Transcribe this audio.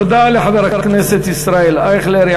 תודה לחבר הכנסת ישראל אייכלר.